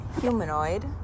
humanoid